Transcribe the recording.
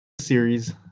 series